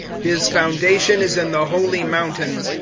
his foundation is in the holy mountains.